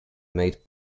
made